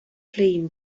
clean